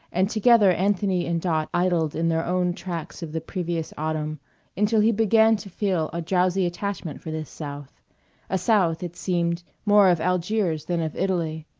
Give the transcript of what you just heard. and together anthony and dot idled in their own tracks of the previous autumn until he began to feel a drowsy attachment for this south a south, it seemed, more of algiers than of italy,